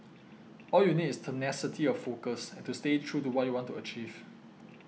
all you need is tenacity of focus and to stay true to what you want to achieve